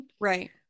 right